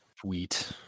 tweet